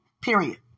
Period